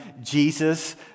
Jesus